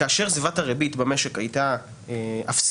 כאשר סביבת הריבית במשק הייתה אפסית,